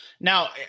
Now